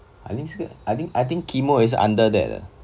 I think I think I think chemo 也是 under that eh